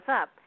up